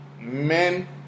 men